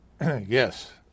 Yes